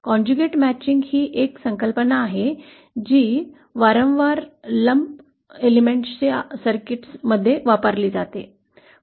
conjugate matching ही एक संकल्पना आहे जी वारंवार लम्प घटकांच्या सर्किटमध्ये वापरली जाते